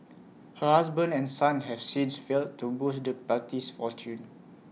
her husband and son have since failed to boost the party's fortunes